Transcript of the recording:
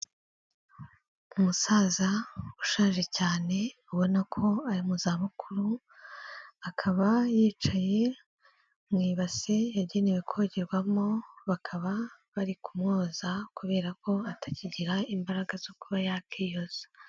Umusaza ushaje cyane ubona ko ari mu zabukuru, akaba yicaye mu ibase yagenewe kogerwamo, bakaba bari kumwoza kubera ko atakigira imbaraga zo kuba yakiyoza.